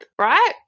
right